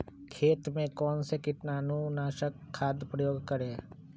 खेत में कौन से कीटाणु नाशक खाद का प्रयोग करें?